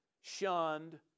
shunned